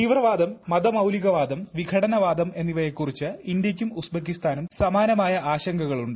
തീവ്രവാദം മതമൌലികവാദം വിഘടനവാദം എന്നിവയെക്കുറിച്ച് ഇന്ത്യയ്ക്കും ഉസ്ബെക്കിസ്ഥാനും സമാനമായ ആശങ്കകളുണ്ട്